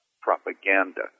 propaganda